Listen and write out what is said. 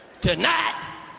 Tonight